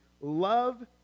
love